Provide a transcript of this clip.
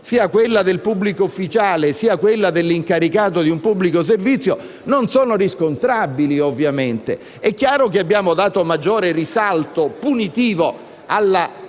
(sia quella del pubblico ufficiale, sia quella dell'incaricato del pubblico servizio) non sono ovviamente riscontrabili. È chiaro che abbiamo dato maggiore risalto punitivo alla